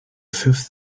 fifth